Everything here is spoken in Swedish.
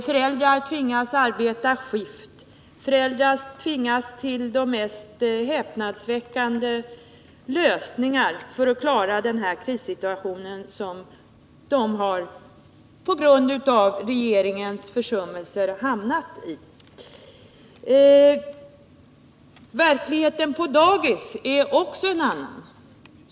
Föräldrar tvingas arbeta i skift, föräldrar tvingas till de mest häpnadsväckande lösningar för att klara den här krissituationen som de på grund av regeringens försummelser har hamnat Verkligheten på daghemmen är också en annan.